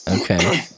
Okay